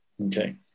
okay